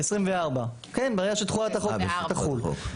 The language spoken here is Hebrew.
ב-24', ברגע שתחולת החוק תחול.